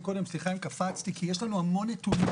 סליחה אם קפצתי מקודם, כי יש לנו כבר המון נתונים.